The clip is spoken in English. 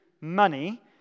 money